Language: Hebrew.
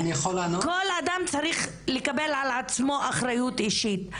כל אדם צריך לקבל על עצמו אחריות אישית,